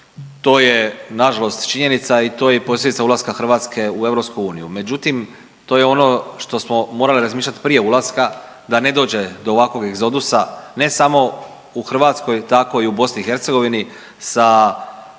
to je nažalost činjenica i to je posljedica ulaska Hrvatske u EU. Međutim, to je ono što smo morali razmišljati prije ulaska da ne dođe do ovakvog egzodusa ne samo u Hrvatskoj, tako i u BiH. Sa